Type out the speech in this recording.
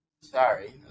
sorry